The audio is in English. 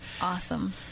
Awesome